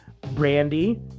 Brandy